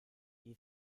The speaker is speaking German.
die